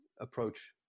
approach